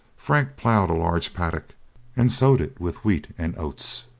frank ploughed a large paddock and sowed it with wheat and oats.